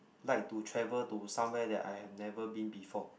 like to travel to somewhere that I have never been before